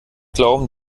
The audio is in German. glauben